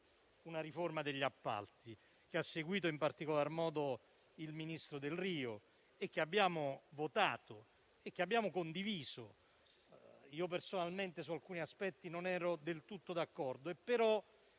una riforma degli appalti, seguita, in particolar modo, dal ministro Delrio, che abbiamo votato e condiviso. Personalmente, su alcuni aspetti non ero del tutto d'accordo,